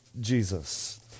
Jesus